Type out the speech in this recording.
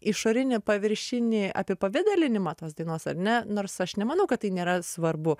išorinį paviršinį apipavidalinimą tos dainos ar ne nors aš nemanau kad tai nėra svarbu